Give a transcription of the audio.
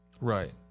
Right